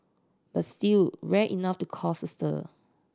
but still rare enough to causes a stir